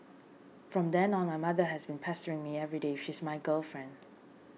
from then on my mother has been pestering me everyday she's my girlfriend